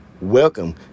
Welcome